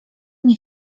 nie